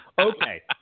Okay